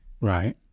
right